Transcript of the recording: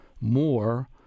more